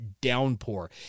downpour